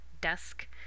desk